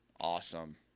Awesome